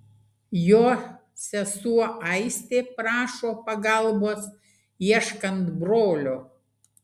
jo sesuo aistė prašo pagalbos ieškant brolio